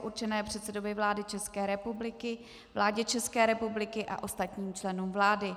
určené předsedovi vlády České republiky, vládě České republiky a ostatním členům vlády.